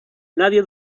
nadie